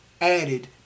added